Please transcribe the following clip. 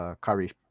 curry